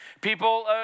People